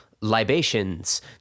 libations